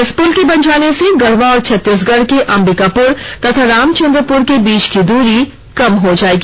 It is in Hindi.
इस पुल के बन जाने से गढ़वा और छत्तीसगढ़ के अंबिकापुर तथा रामचंद्रपुर के बीच की दूरी कम हो जाएगी